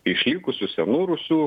išlikusių senų rūsių